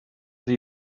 sie